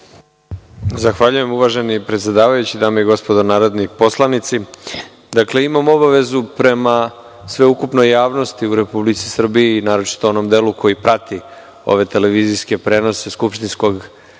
Zahvaljujem uvaženi predsedavajući. Dame i gospodo narodni poslanici, imam obavezu prema sveukupnoj javnosti u Republici Srbiji, naročito onom delu koji prati televizijske prenose skupštinskog